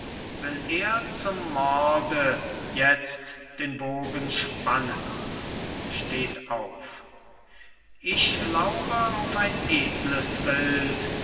will er zum morde jetzt den bogen spannen steht auf ich laure auf ein edles wild